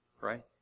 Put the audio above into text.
Right